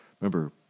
Remember